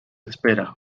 espera